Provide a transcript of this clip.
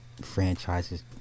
franchises